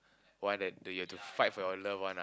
one that that you have to fight for your love one ah